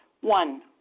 One